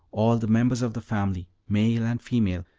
all the members of the family, male and female,